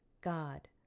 God